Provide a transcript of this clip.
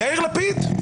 יאיר לפיד.